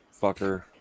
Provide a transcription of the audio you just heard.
fucker